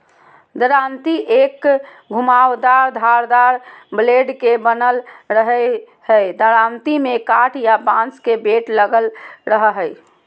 दरांती एक घुमावदार धारदार ब्लेड के बनल रहई हई दरांती में काठ या बांस के बेट लगल रह हई